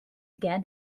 again